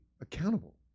accountable